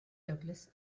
douglas